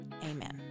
amen